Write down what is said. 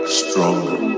stronger